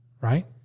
right